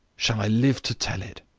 shall i live to tell it?